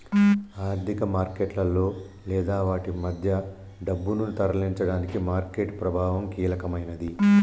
ఆర్థిక మార్కెట్లలో లేదా వాటి మధ్య డబ్బును తరలించడానికి మార్కెట్ ప్రభావం కీలకమైనది